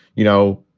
you know,